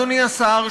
אדוני השר,